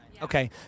Okay